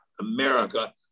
America